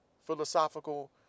philosophical